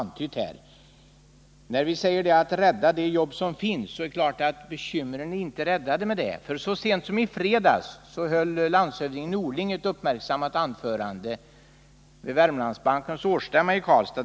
När vi talar om att rädda de jobb som finns är det klart att bekymren inte är ur världen i och med detta. Så sent som i fredags höll landshövding Norling ett uppmärksammat anförande vid Wermlandsbankens bolagsstämma i Karlstad.